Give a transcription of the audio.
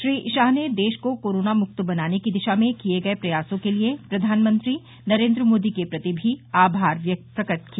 श्री शाह ने देश को कोरोना मुक्त बनाने की दिशा में किये गये प्रयासों के लिए प्रधानमंत्री नरेन्द्र मोदी के प्रति आभार भी प्रकट किया